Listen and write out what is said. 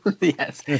Yes